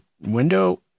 window